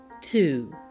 two